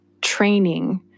training